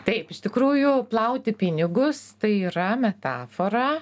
taip iš tikrųjų plauti pinigus tai yra metafora